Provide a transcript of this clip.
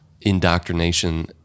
indoctrination